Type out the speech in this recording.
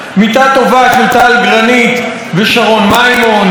"מיתה טובה" של טל גרניט ושרון מימון,